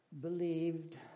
believed